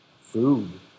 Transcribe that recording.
food